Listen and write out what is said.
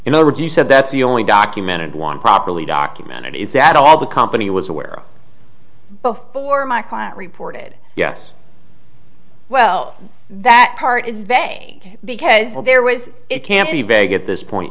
in other words you said that's the only documented one properly documented is that all the company was aware of before my client reported yes well that part is they because well there was it can't be very good at this point